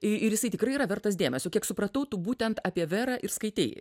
i ir jisai tikrai yra vertas dėmesio kiek supratau tu būtent apie verą ir skaitei